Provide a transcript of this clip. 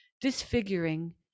disfiguring